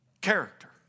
character